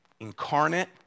Incarnate